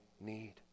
need